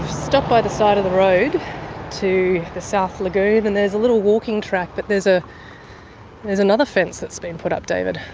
stopped by the side of the road to the south lagoon and there's a little walking track but there's ah there's another fence that's been put up, david,